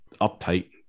uptight